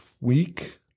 week